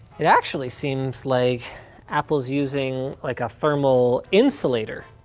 it actually seems like apple's using like a thermal insulator